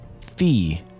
Fee